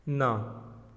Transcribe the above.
ना